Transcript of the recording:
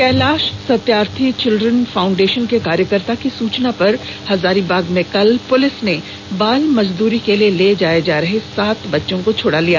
Kailash Satyarthi children foundation के कार्यकर्ता की सूचना पर हजारीबाग में कल पुलिस ने बाल मजदूरी के लिए ले जाये जा रहे सात बच्चों को छड़ा लिया